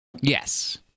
Yes